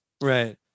Right